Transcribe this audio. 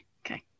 Okay